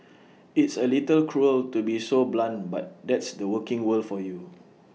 it's A little cruel to be so blunt but that's the working world for you